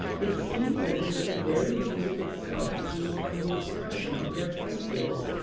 it seemed as if the very music itself came from the expression of their faces.